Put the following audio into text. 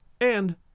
And